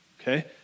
okay